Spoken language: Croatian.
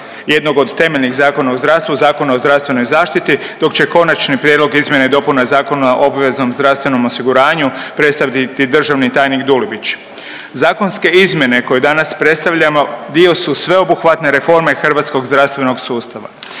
jednog od temeljnih zakona u zdravstvu, Zakona o zdravstvenoj zaštiti dok će Konačni prijedlog izmjena i dopuna Zakona o obveznom zdravstvenom osiguranju predstaviti državni tajnik Dulibić. Zakonske izmjene koje danas predstavljamo dio su sveobuhvatne reforme hrvatskog zdravstvenog sustava.